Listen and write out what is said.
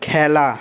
খেলা